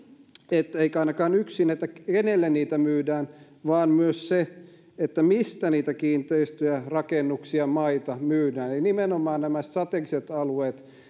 ei ainakaan yksin siinä kenelle niitä myydään vaan myös siinä mistä niitä kiinteistöjä rakennuksia maita myydään eli on nimenomaan nämä strategiset alueet joiden